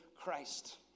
Christ